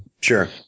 Sure